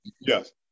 Yes